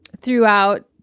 throughout